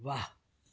वाह